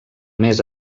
més